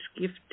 gift